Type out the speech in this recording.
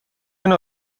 نوع